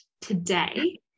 today